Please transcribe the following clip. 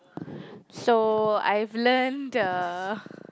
so I have learn the